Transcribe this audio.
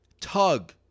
tug